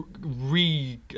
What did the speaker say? re